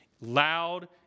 loud